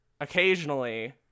occasionally